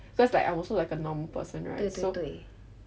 cause like I'm also like a normal person right so